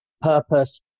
Purpose